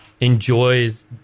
enjoys